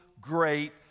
great